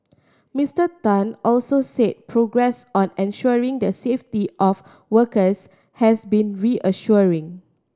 Mister Tan also said progress on ensuring the safety of workers has been reassuring